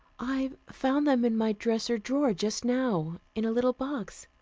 i found them in my dresser drawer just now, in a little box.